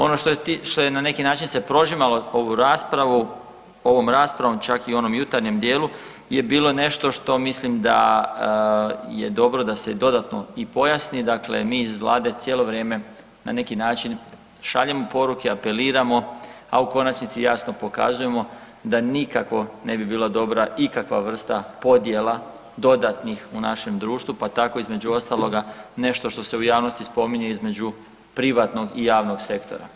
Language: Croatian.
Ono što se na neki način prožimalo ovu raspravu ovom raspravom čak i u onom jutarnjem dijelu je bilo nešto što mislim da je dobro da se dodatno i pojasni, dakle mi iz Vlade cijelo vrijeme na neki način šaljemo poruke, apeliramo, a u konačnici jasno pokazujemo da nikako ne bi bila dobra ikakva vrsta podjela dodatnih u našem društvu, pa tako između ostaloga nešto što se u javnosti spominje između privatnog i javnog sektora.